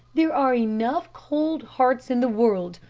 there are enough cold hearts in the world.